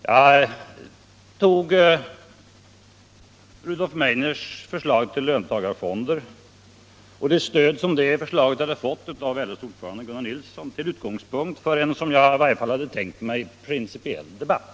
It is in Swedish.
Jag tog Rudolf Meidners förslag till löntagarfonder och det stöd som detta förslag hade fått av LO:s ordförande Gunnar Nilsson till utgångspunkt för en — som jag i varje fall hade tänkt mig — principiell debatt.